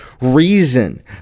reason